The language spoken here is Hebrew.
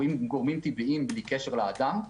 גורמים טבעיים בלי קשר לאדם,